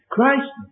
Christ